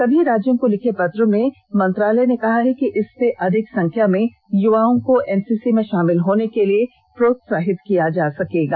सभी राज्यों को लिखे पत्र में गृह मंत्रालय ने कहा है कि इससे अधिक संख्या में युवाओं को एनसीसी में शामिल होने के लिए प्रोत्साहित किया जा सकेगा